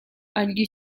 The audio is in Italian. agli